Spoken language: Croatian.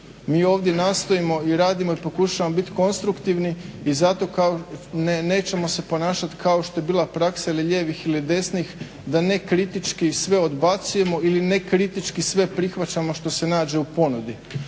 Mi ovdje nastojimo i radimo i pokušavamo biti konstruktivni i zato nećemo se ponašati kao što je bila praksa ili lijevih ili desnih da nekritički sve odbacujemo ili nekritički sve prihvaćamo što se nađe u ponudi.